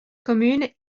commune